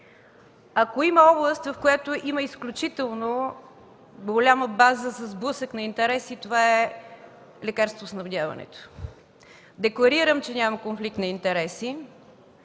Ако има област, в която има изключително голяма база за сблъсък на интереси, това е лекарствоснабдяването. Декларирам, че нямам конфликт на интереси